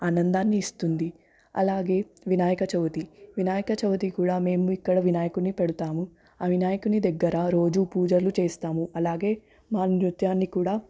ఆనందాన్ని ఇస్తుంది అలాగే వినాయక చవితి వినాయక చవితి కూడా మేము ఇక్కడ వినాయకుడిని పెడతాము ఆ వినాయకుని దగ్గర రోజూ పూజలు చేస్తాము అలాగే మా నృత్యాన్ని కూడా